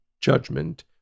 judgment